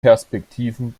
perspektiven